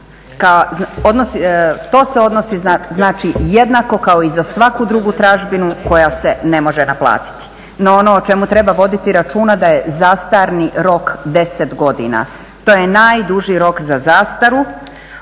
To se odnosi znači, jednako kao i za svaku drugu tražbinu koja se ne može naplatiti. No ono o čemu treba voditi računa da je zastarni rok 10 godina, to je najduži rok za zastaru